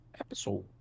episode